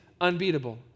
unbeatable